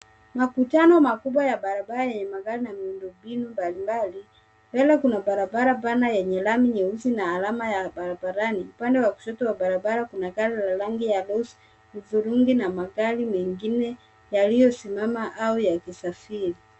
Makutano makubwa ya barabara yenye magari na miundombinu mbalimbali. Mbele kuna barabara pana yenye lami nyeusi na alama ya barabarani. Upande wa kushoto barabara gari la rangi ya hudhurungi na magari mengine yaliyosimama au yakisafiri.